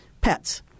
pets